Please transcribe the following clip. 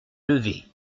levé